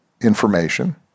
information